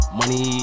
money